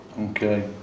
Okay